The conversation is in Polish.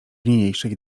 niniejszej